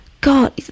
God